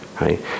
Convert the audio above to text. right